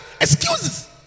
excuses